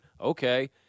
Okay